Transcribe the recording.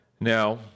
Now